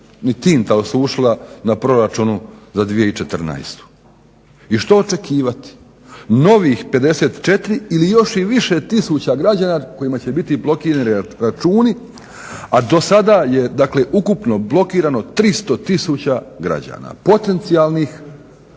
tinta osušila na proračunu za 2014. I što očekivati? Novih 54 ili još i više tisuća građana kojima će biti blokirani računi a do sada je dakle ukupno blokirano 300 tisuća građana potencijalnih